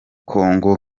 congo